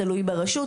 תלוי ברשות,